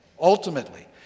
ultimately